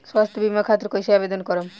स्वास्थ्य बीमा खातिर कईसे आवेदन करम?